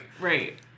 right